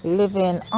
living